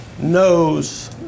knows